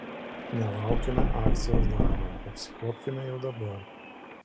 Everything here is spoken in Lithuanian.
nelaukime akcijos darom apsikuopkime jau dabar